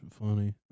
funny